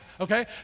okay